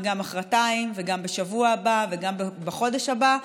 וגם מוחרתיים וגם בשבוע הבא וגם בחודש הבא,